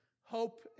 Hope